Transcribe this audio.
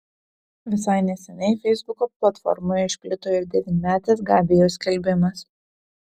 visai neseniai feisbuko platformoje išplito ir devynmetės gabijos skelbimas